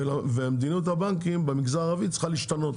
ומדיניות הבנקים במגזר הערבי צריכה להשתנות.